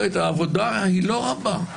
העבודה לא רבה.